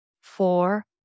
four